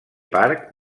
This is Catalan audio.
parc